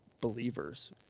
believers